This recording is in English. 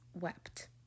wept